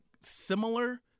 similar